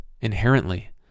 inherently